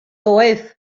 doedd